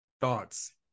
thoughts